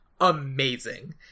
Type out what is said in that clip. amazing